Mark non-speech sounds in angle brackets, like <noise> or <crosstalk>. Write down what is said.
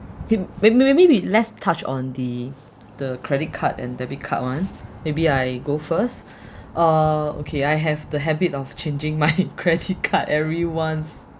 kay may~ maybe we let's touch on the the credit card and debit card [one] maybe I go first <breath> uh okay I have the habit of changing my <laughs> credit card every once